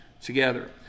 together